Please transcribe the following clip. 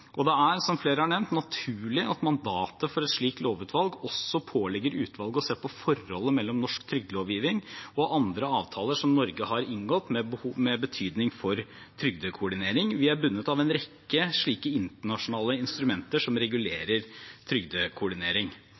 Det er, som flere har nevnt, naturlig at mandatet for et slikt lovutvalg også pålegger utvalget å se på forholdet mellom norsk trygdelovgivning og andre avtaler som Norge har inngått med betydning for trygdekoordinering. Vi er bundet av en rekke slike internasjonale instrumenter som regulerer trygdekoordinering.